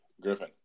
Griffin